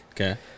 Okay